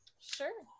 Sure